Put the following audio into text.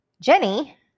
Jenny